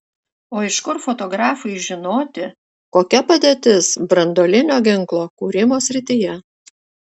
o iš kur fotografui žinoti kokia padėtis branduolinio ginklo kūrimo srityje